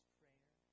prayer